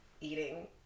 eating